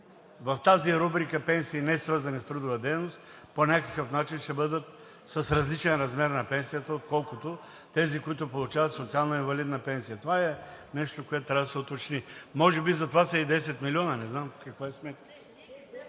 В тази рубрика „пенсии несвързани с трудова дейност“ по някакъв начин ще бъдат с различен размер на пенсията, отколкото тези, които получават социална инвалидна пенсия. Това е нещо, което трябва да се уточни. Може би затова са и 10 милиона, не знам каква е сметката.